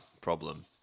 problem